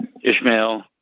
Ishmael